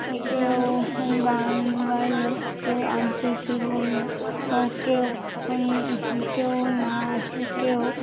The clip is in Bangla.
ও কেউ গান গাইলো কেউ আবৃত্তি বললো ও কেউ কেউ না কেউ